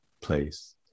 place